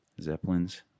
Zeppelins